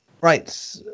Right